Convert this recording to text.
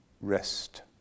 rest